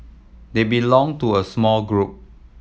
they belong to a small group